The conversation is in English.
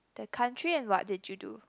the country and what did you do